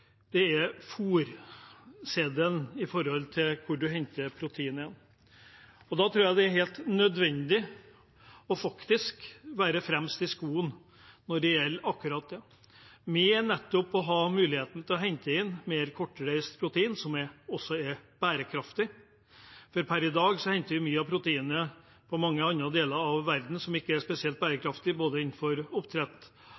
det er fôrkjeden med tanke på hvor man henter protein. Da tror jeg det er helt nødvendig å faktisk være fremst i skoene når det gjelder akkurat det å ha muligheten til å hente inn mer kortreist protein, som også er bærekraftig. For per i dag henter vi mye av proteinet fra mange andre deler av verden, noe som ikke er spesielt